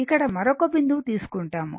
ఇక్కడ మరొక బిందువు తీసుకుంటాము